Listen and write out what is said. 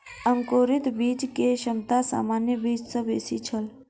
अंकुरित बीज के क्षमता सामान्य बीज सॅ बेसी छल